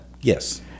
Yes